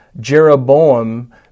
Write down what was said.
Jeroboam